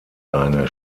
eine